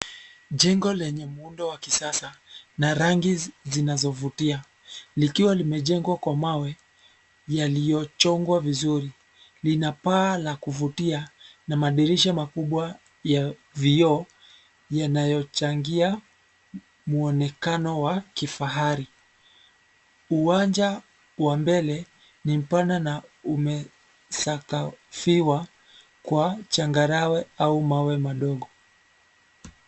Jengo lenye muundo wa kisasa, na rangi zinazovutia, likiwa limejengwa kwa mawe yaliyochongwa vizuri. Lina paa la kuvutia, na madirisha makubwa ya vioo, yanayochangia muonekano wa kifahari. Uwanja wa mbele ni mpana na umesakafiwa kwa changarawe au mawe madogo.